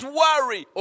worry